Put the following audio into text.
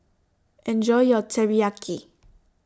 Enjoy your Teriyaki